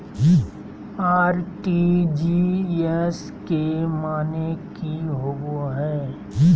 RTGS के माने की होबो है?